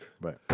Right